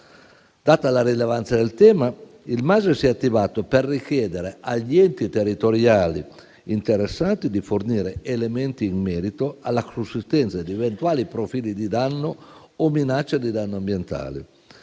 Data la rilevanza del tema, il MASE si è attivato per richiedere agli enti territoriali interessati di fornire elementi in merito alla sussistenza di eventuali profili di danno o minaccia di danno ambientale.